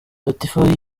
latifah